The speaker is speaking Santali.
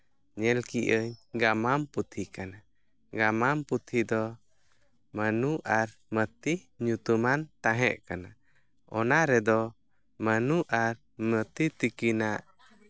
ᱧᱮᱞ ᱠᱮᱜᱼᱟᱹᱧ ᱜᱟᱢᱟᱢ ᱯᱩᱛᱷᱤ ᱠᱟᱱᱟ ᱜᱟᱢᱟᱢ ᱯᱩᱛᱷᱤ ᱫᱚ ᱢᱟᱱᱩ ᱟᱨ ᱢᱟᱹᱛᱤ ᱧᱩᱛᱩᱢᱟᱱ ᱛᱟᱦᱮᱸᱠᱟᱱᱟ ᱚᱱᱟ ᱨᱮᱫᱚ ᱢᱟᱹᱱᱩ ᱟᱨ ᱢᱟᱹᱛᱤ ᱛᱤᱠᱤᱱᱟᱜ